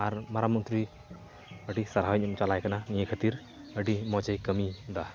ᱟᱨ ᱢᱟᱨᱟᱝ ᱢᱚᱱᱛᱨᱤ ᱟᱹᱰᱤ ᱥᱟᱨᱦᱟᱣᱤᱧ ᱪᱟᱞᱟᱭ ᱠᱟᱱᱟ ᱱᱤᱭᱟᱹ ᱠᱷᱟᱹᱛᱤᱨ ᱟᱹᱰᱤ ᱢᱚᱡᱮ ᱠᱟᱹᱢᱤᱭᱮᱫᱟ